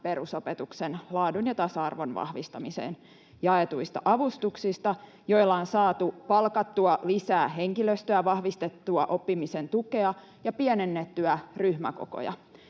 perusopetuksen laadun ja tasa-arvon vahvistamiseen jaetuista avustuksista, joilla on saatu palkattua lisää henkilöstöä, vahvistettua oppimisen tukea ja pienennettyä ryhmäkokoja.